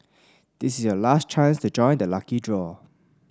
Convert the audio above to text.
this is your last chance to join the lucky draw